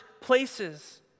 places